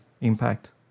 impact